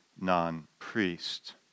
non-priest